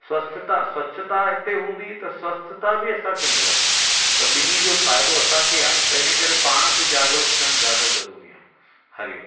स्वस्थता स्वच्छता हिते हूंदी त स्वस्थता बि असांखे मिलंदी त बिनी जो फ़ाइदो असांखे आहे त इन करे पाण खी जागरुक थियण ज़्यादा ज़रूरी आहे हरिओम